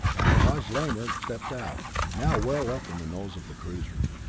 and taj lamor stepped out, now well up in the nose of the cruiser.